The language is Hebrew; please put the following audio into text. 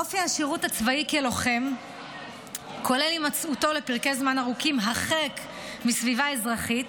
אופי השירות הצבאי כלוחם כולל הימצאותו הרחק מסביבה אזרחית